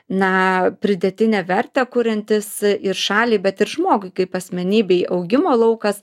na pridėtinę vertę kuriantis ir šaliai bet ir žmogui kaip asmenybei augimo laukas